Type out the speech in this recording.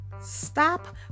stop